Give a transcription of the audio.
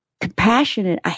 compassionate